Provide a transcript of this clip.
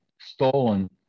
stolen